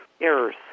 errors